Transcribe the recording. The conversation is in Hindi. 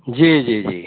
जी जी जी